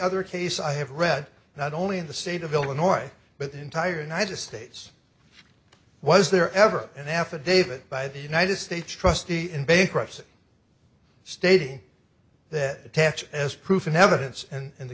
other case i have read not only in the state of illinois but the entire united states was there ever an affidavit by the united states trustee in bankruptcy stating that catch as proof and evidence